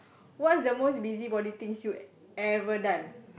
what's the most busybody thing she would ever done